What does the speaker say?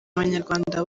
abanyarwanda